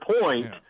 point